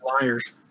liars